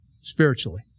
spiritually